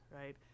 right